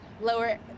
lower